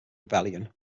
rebellion